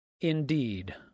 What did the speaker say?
Indeed